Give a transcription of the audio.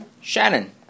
Shannon